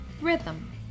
rhythm